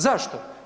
Zašto?